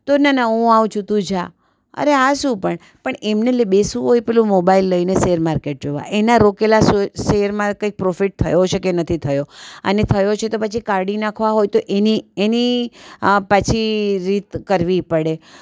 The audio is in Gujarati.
તો ના ના હું આવું છું તું જા અરે આ શું પણ એમને બેસવું હોય પેલું મોબાઇલ લઈને શેરમાર્કેટ જોવા એના રોકેલા શો શેરમાં કંઈ પ્રોફિટ થયો છે કે નથી થયો છે અને થયો છે પછી તો કાઢી નાખવા હોય તો એની એની પછી રીત કરવી પડે